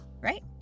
right